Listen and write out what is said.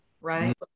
right